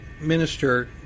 minister